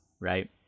right